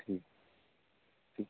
ਠੀ ਠੀ